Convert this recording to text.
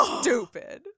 stupid